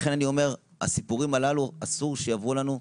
ולכן אני אומר שאסור שהסיפורים הללו יעברו לנו,